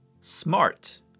Smart